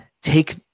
take